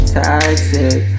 toxic